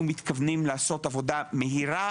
אנחנו מתכוונים לעשות עבודה מהירה,